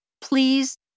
Please